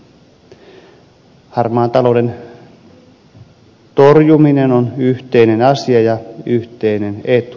harmaan talouden torjuminen on yhteinen asia ja yhteinen etu